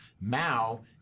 Mao